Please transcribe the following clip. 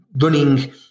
running